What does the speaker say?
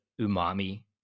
umami